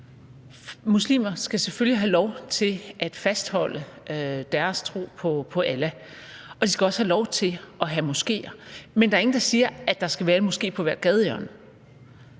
Muslimer skal selvfølgelig have lov til at fastholde deres tro på Allah, og de skal også have lov til at have moskéer. Men der er ingen, der siger, at der skal være en moské på hvert gadehjørne.